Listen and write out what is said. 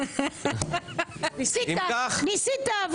אבל ניסית.